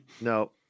no